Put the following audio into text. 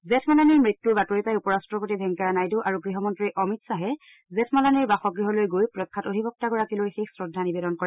জেঠমালানীৰ মৃত্যুৰ বাতৰি পাই উপ ৰাট্টপতি ভেংকায়া নাইডু আৰু গৃহমন্ত্ৰী অমিত খাহে জেঠমালানীৰ বাসগৃহলৈ গৈ প্ৰখ্যাত অধিবক্তাগৰাকীলৈ শেষ শ্ৰদ্ধা নিবেদন কৰে